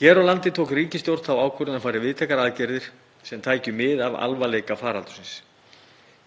Hér á landi tók ríkisstjórnin þá ákvörðun að fara í víðtækar aðgerðir sem tækju mið af alvarleika faraldursins.